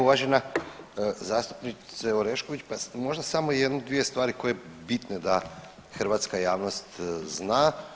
Uvažena zastupnice Orešković, pa možda samo jednu, dvije stvari koje bitne da hrvatska javnost zna.